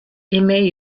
aimait